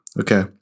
Okay